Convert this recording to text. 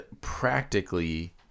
practically